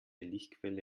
lichtquelle